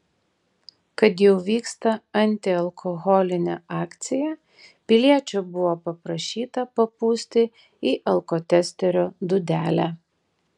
kad jau vyksta antialkoholinė akcija piliečio buvo paprašyta papūsti į alkotesterio dūdelę